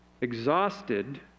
exhausted